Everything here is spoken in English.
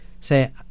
say